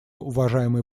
уважаемой